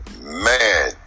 Man